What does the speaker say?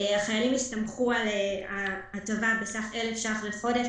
החיילים הסתמכו על ההטבה בסך 1,000 שקל לחודש,